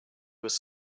was